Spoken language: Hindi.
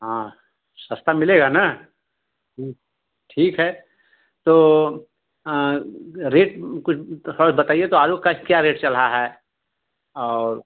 हाँ सस्ता मिलेगा ना ठीक ठीक है तो रेट कुछ तो थोड़ा सा बताइए तो आलू का क्या रेट चल रहा है और